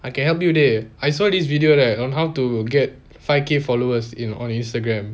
I can help you dey I saw this video right on how to get five K followers in on instagram